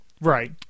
Right